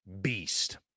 beast